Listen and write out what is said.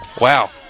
Wow